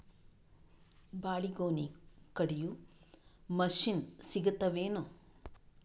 ಬಾಳಿಗೊನಿ ಕಡಿಯು ಮಷಿನ್ ಸಿಗತವೇನು?